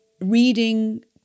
reading